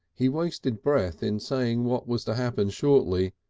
he wasted breath in saying what was to happen shortly,